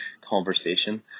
conversation